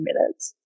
minutes